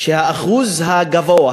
האחוז הגבוה,